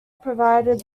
provided